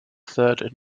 third